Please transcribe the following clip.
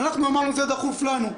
אנחנו אמרנו: זה דחוף לנו.